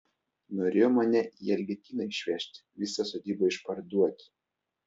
norėjo mane į elgetyną išvežti visą sodybą išparduoti